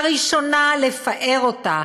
בראשונה לפאר אותה,